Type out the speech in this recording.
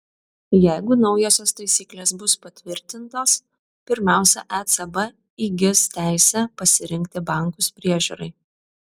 jeigu naujosios taisyklės bus patvirtintos pirmiausia ecb įgis teisę pasirinkti bankus priežiūrai